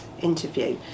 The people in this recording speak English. interview